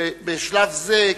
בשלב זה,